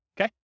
Okay